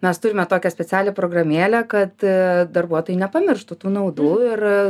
mes turime tokią specialią programėlę kad ee darbuotojai nepamirštų tų naudų ir